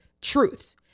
truths